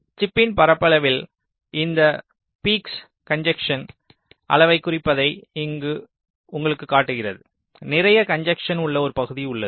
சிப்பின் பரப்பளவில் இந்த பீக்ஸ் கன்ஜஸ்ஸென் அளவைக் குறிப்பதை இது உங்களுக்குக் காட்டுகிறது நிறைய கன்ஜஸ்ஸென் உள்ள ஒரு பகுதி உள்ளது